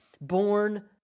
born